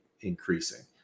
increasing